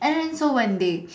and so when they